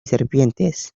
serpientes